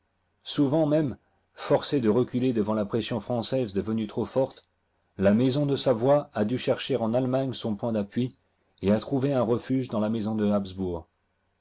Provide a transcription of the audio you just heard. souvent môme forcée de reculer devant la pression française devenue trop forte la maison de savoie a dû chercher en allemagne son point d'appui et a trouvé un refuge dans la maison de